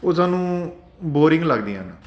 ਉਹ ਸਾਨੂੰ ਬੋਰਿੰਗ ਲੱਗਦੀਆਂ